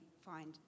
find